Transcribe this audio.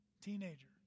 teenager